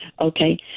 Okay